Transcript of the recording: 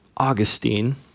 Augustine